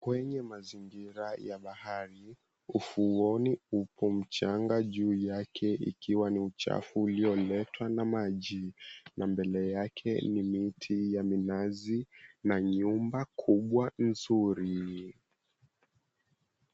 Kwenye mazingira ya bahari, ufuoni upo mchanga juu yake ukiwa ni uchafu ulioletwa na maji na mbele yake ni miti ya minazi na nyumba kubwa nzuri.